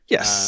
Yes